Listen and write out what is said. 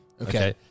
Okay